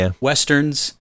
westerns